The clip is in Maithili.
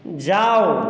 जाउ